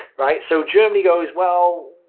right, so germany goes, well,